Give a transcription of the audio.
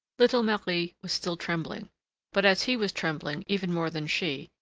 little marie was still trembling but as he was trembling even more than she,